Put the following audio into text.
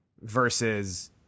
versus